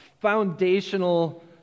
Foundational